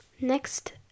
next